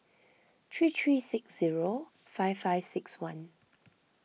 three three six zero five five six one